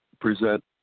present